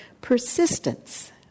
Persistence